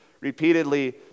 repeatedly